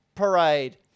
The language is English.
parade